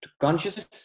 Consciousness